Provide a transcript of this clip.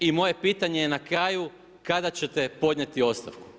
I moje pitanje je na kraju kada ćete podnijeti ostavku?